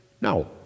No